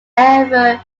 ever